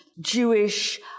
Jewish